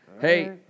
Hey